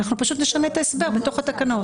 אנחנו פשוט נשנה את ההסבר בתוך התקנות.